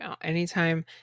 anytime